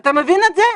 אתה מבין את זה?